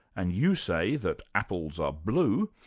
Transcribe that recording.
and you say that apples are blue,